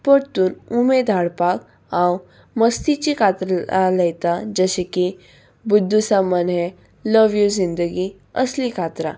परतून उमेद हाडपाक हांव मस्तीची कातरां लायतां जशें की बुद्धू सम वन हें लव यू जिंदगी असलीं कातरां